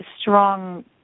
strong